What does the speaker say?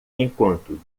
enquanto